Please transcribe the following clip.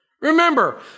Remember